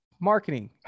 marketing